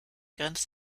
grenzt